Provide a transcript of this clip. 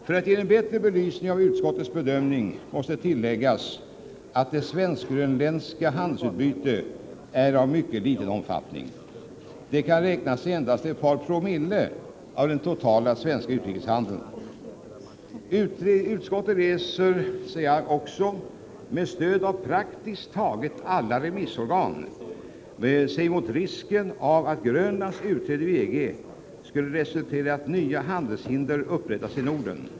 För att ge en bättre belysning av utskottets bedömning måste tilläggas att det svensk-grönländska handelsutbytet är av mycket liten omfattning. Det kan räknas i endast ett par promille av den totala svenska utrikeshandeln. Utskottet reser sig också — med stöd av praktiskt taget alla remissorgan — mot risken av att Grönlands utträde ur EG skulle resultera i att nya handelshinder upprättas i Norden.